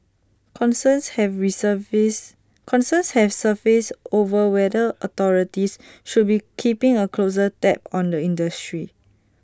concerns have resurfaced concerns have surfaced over whether authorities should be keeping A closer tab on the industry